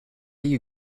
you